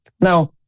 Now